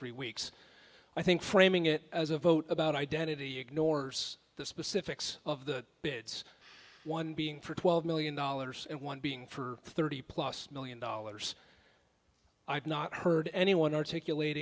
three weeks i think framing it as a vote about identity ignores the specifics of the bits one being for twelve million dollars and one being for thirty plus million dollars i've not heard anyone articulat